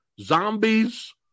Zombies